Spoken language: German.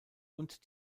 und